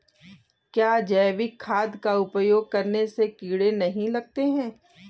क्या जैविक खाद का उपयोग करने से कीड़े नहीं लगते हैं?